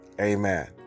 Amen